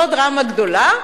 לא דרמה גדולה,